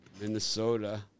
Minnesota